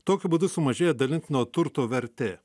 tokiu būdu sumažėja dalintino turto vertė